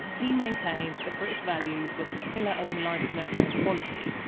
he maintained that british values were the pillar of enlightenment and equality,